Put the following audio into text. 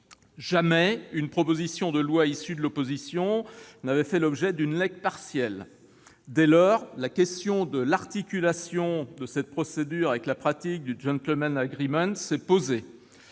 Jamais une proposition de loi issue de l'opposition n'avait fait l'objet d'une LEC partielle. Dès lors, la question de l'articulation de cette procédure avec la pratique du s'est posée.